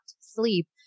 sleep